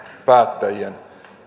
päättäjien